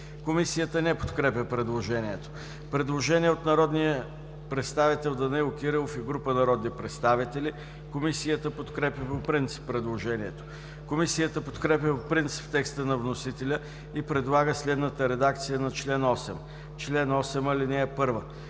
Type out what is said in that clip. Комисията не подкрепя предложението. Предложение от Данаил Кирилов и група народни представители. Комисията подкрепя по принцип предложението. Комисията подкрепя по принцип текста на вносителя и предлага следната редакция на чл. 8: „Чл. 8. (1)